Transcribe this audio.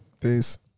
Peace